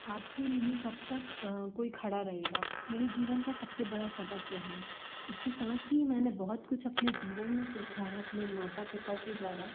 आपके लिए कब तक कोई खड़ा रहेगा मेरे जीवन का सबसे बड़ा सबक यह है उसके सात ही मैंने बहुत कुछ अपने जीवन में सीखा है अपने माता पिता के द्वारा